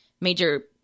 major